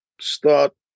start